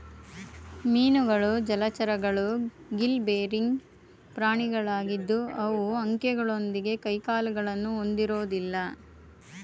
ಮೀನುಗಳು ಜಲಚರಗಳು gill bearing ಪ್ರಾಣಿಗಳಾಗಿದ್ದು ಅವು ಅಂಕೆಗಳೊಂದಿಗೆ ಕೈಕಾಲುಗಳನ್ನು ಹೊಂದಿರೋದಿಲ್ಲ